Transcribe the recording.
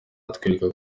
bizakwereka